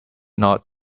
not